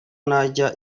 najya